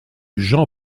jean